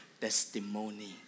testimony